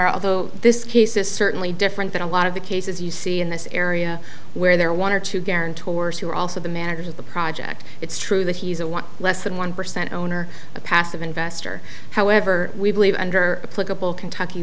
honor although this case is certainly different than a lot of the cases you see in this area where there are one or two guarantors who are also the managers of the project it's true that he's a want less than one percent owner a passive investor however we believe